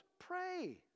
Pray